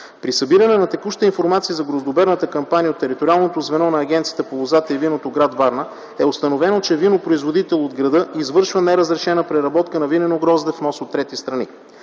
При събиране на текуща информация за гроздоберната кампания, от териториалното звено на Агенцията по лозата и виното – гр. Варна, е установено, че винопроизводител от града извършва неразрешена преработка на винено грозде, внос от трети страни.